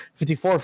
54